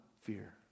fear